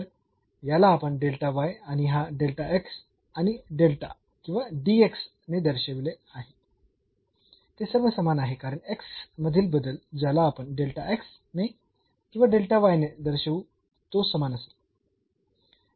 तर याला आपण आणि हा आणि किंवा ने दर्शविले आहे ते सर्व समान आहे कारण मधील बदल त्याला आपण ने किंवा ने दर्शवू तो समान असेल